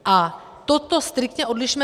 A toto striktně odlišme.